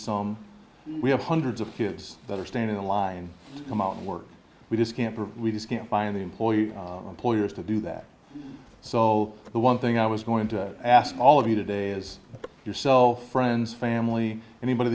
some we have hundreds of kids that are standing in line come out and work we just can't we just can't find the employee employers to do that so the one thing i was going to ask all of you today is yourself friends family anybody